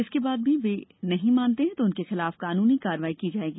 इसके बाद भी वे नहीं मानते हैं तो उनके खिलाफ कानूनी कार्रवाई की जाएगी